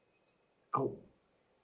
oh